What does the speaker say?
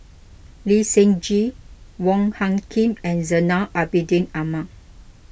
Lee Seng Gee Wong Hung Khim and Zainal Abidin Ahmad